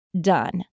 done